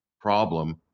problem